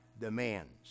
demands